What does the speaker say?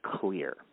clear